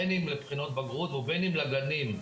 בין אם לבחינות בגרות ובין אם לגנים.